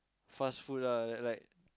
fast food ah like like